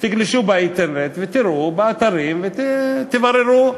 תגלשו באינטרנט ותראו באתרים, ותבררו.